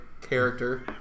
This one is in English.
character